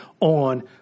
on